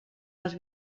als